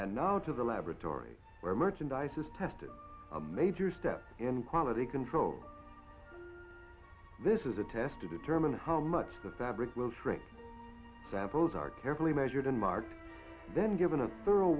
of the laboratory where merchandise is tested a major step in quality control this is a test to determine how much the fabric will shrink samples are carefully measured and marked then given a thorough